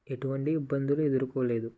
ఎటువంటి ఇబ్బందులు ఎదుర్కోలేదు